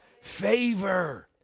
favor